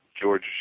George